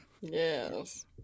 Yes